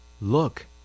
Look